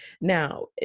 Now